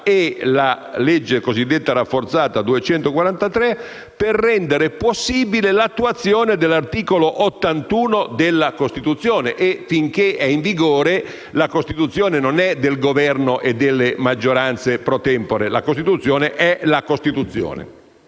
e la legge cosiddetta rafforzata n. 243 sono entrambe essenziali per rendere possibile l'attuazione dell'articolo 81 della Costituzione e, finché è in vigore, la Costituzione non è del Governo e delle maggioranze *pro tempore*: la Costituzione è la Costituzione.